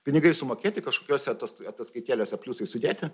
pinigai sumokėti kažkokiuose atas ataskaitėlėse pliusai sudėti